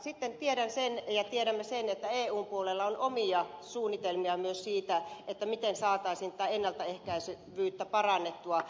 sitten tiedämme sen että eun puolella on omia suunnitelmia myös siitä miten saataisiin ennaltaehkäisevyyttä parannettua